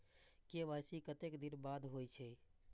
KYC कतेक दिन बाद होई छै?